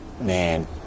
Man